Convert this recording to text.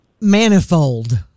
Manifold